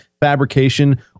fabrication